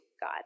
God